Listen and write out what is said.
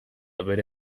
bera